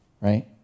right